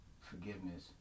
forgiveness